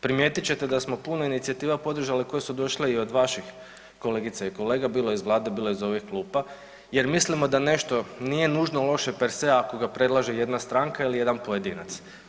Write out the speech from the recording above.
Primijetit ćete da smo puno inicijativa podržali koje su došle i od vaših kolegica i kolega bilo iz vlade, bilo iz ovih klupa jer mislimo da nešto nije nužno loše perse ako ga predlaže jedna stranka ili jedan pojedinac.